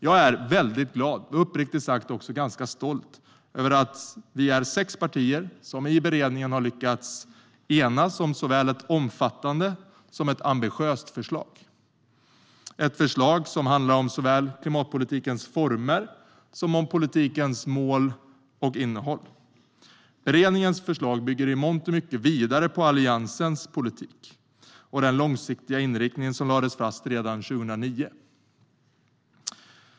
Jag är väldigt glad och uppriktigt sagt också ganska stolt över att vi är sex partier som i beredningen har lyckats enas om ett såväl omfattande som ambitiöst förslag - ett förslag som handlar om såväl klimatpolitikens former som dess mål och innehåll. Beredningens förslag bygger i mångt och mycket vidare på Alliansens politik och den långsiktiga inriktning som lades fast redan 2009.